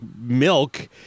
milk